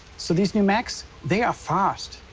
so these new macs, they are fast.